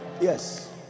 Yes